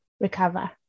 recover